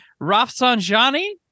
Rafsanjani